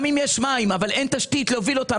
גם אם יש מים ואין תשתית להוביל אותם,